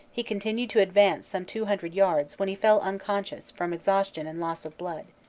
he continued to advance some two hundred yards when he fell uncon scious from exhaustion and loss of blood.